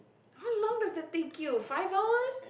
how long does that take you five hours